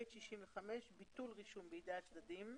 ביטול רישום בידי הצדדים.